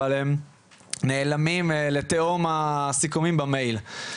אבל הם נעלמים לתהום הסיכומים במייל.